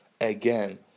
again